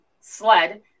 sled